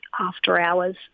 after-hours